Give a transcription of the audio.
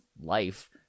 life